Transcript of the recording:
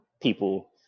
people